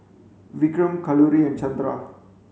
Vikram Kalluri and Chandra